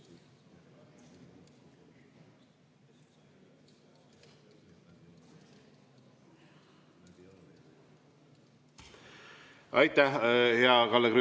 Aitäh,